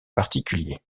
particuliers